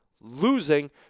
losing